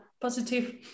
positive